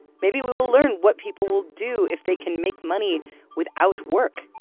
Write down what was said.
maybe we will learn what people will do if they can make money without work.